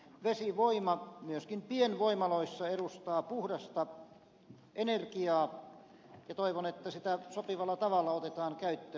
vesivoima myöskin pienvoimaloissa edustaa puhdasta energiaa ja toivon että sitä sopivalla tavalla otetaan käyttöön